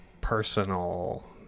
personal